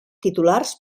titulars